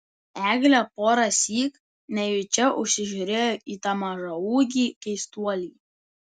eglė porąsyk nejučia užsižiūrėjo į tą mažaūgį keistuolį